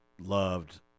loved